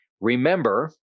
Remember